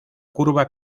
curva